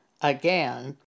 again